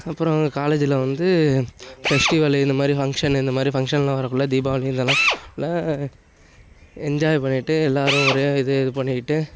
அப்புறம் காலேஜில் வந்து பெஸ்டிவலு இந்த மாதிரி ஃபங்க்ஷன் இந்த மாதிரி ஃபங்க்ஷன்லாம் வரக்குள்ள தீபாவளி இதெல்லாம் நல்லா என்ஜாய் பண்ணிகிட்டு எல்லாரும் ஒரே இதே இது பண்ணிகிட்டு